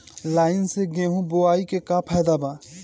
Line से गेहूं बोआई के का फायदा बा?